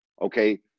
okay